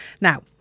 Now